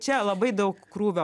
čia labai daug krūvio